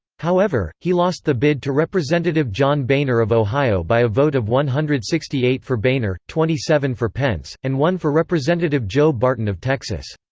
however, he lost the bid to representative john boehner of ohio by a vote of one hundred and sixty eight for boehner, twenty seven for pence, and one for representative joe barton of texas.